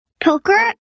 poker